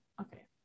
Okay